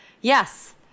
yes